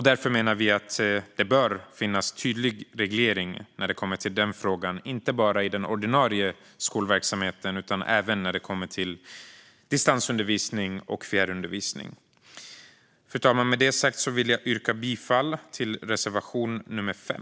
Därför menar vi att det bör finnas en tydlig reglering när det kommer till den frågan inte bara i den ordinarie skolverksamheten utan även i distansundervisning och fjärrundervisning. Fru talman! Med det sagt vill jag yrka bifall till reservation nr 5.